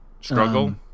struggle